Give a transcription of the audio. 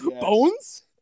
Bones